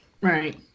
Right